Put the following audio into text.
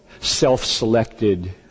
self-selected